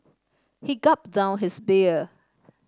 he gulped down his beer